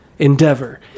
Endeavor